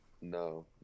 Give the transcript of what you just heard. No